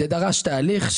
זה דרש תהליך,